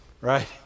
Right